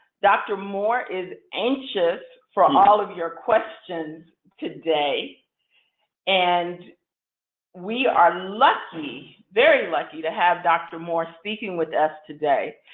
dr. moore is anxious for um all of your questions today and we are lucky, very lucky to have dr. moore speaking with us today.